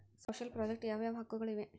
Social project ಯಾವ ಯಾವ ಹಕ್ಕುಗಳು ಇವೆ?